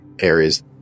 areas